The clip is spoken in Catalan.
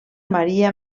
maria